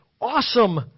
awesome